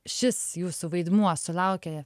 šis jūsų vaidmuo sulaukė